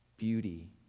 Beauty